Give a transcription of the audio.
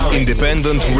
independent